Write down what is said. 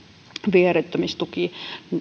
viherryttämistuki